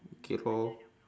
okay lor